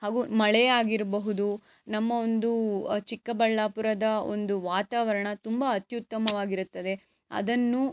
ಹಾಗೂ ಮಳೆ ಆಗಿರಬಹುದು ನಮ್ಮ ಒಂದು ಚಿಕ್ಕಬಳ್ಳಾಪುರದ ಒಂದು ವಾತಾವರಣ ತುಂಬ ಅತ್ಯುತ್ತಮವಾಗಿರುತ್ತದೆ ಅದನ್ನು